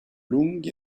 lunghi